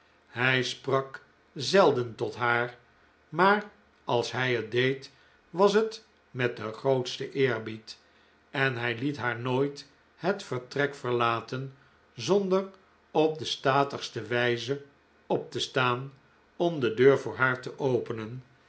hij sprak zelden tot haar maar als hij het deed was het met den grootsten eerbied en hij liet haar nooit het vertrek verlaten zonder op de statigste wijze op te staan om de deur voor haar te openen